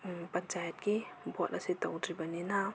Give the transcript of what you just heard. ꯄꯟꯆꯥꯌꯠꯀꯤ ꯚꯣꯠ ꯑꯁꯤ ꯇꯧꯗ꯭ꯔꯤꯕꯅꯤꯅ